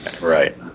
Right